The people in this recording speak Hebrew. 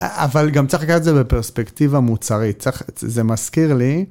אבל גם צריך לקחת את זה בפרספקטיבה מוצרית, זה מזכיר לי.